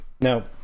now